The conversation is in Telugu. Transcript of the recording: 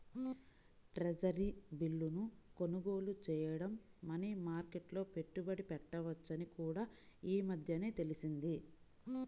ట్రెజరీ బిల్లును కొనుగోలు చేయడం మనీ మార్కెట్లో పెట్టుబడి పెట్టవచ్చని కూడా ఈ మధ్యనే తెలిసింది